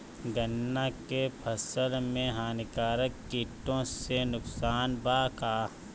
गन्ना के फसल मे हानिकारक किटो से नुकसान बा का?